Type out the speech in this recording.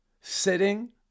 sitting